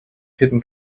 hidden